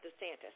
DeSantis